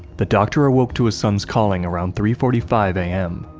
the doctor awoke to his son's calling around three forty five a m.